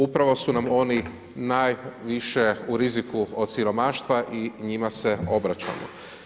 Upravo su nam oni najviše u riziku od siromaštva i njima se obraćamo.